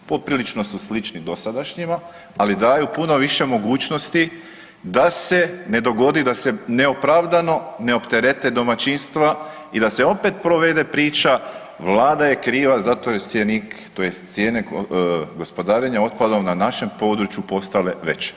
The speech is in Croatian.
Poprilično su slični dosadašnjima, ali daju puno više mogućnosti da se ne dogodi da se neopravdano ne opterete domaćinstva i da se opet provede priča vlada je kriva zato jer je cjenik tj. cijene gospodarenje otpadom na našem području postale veće.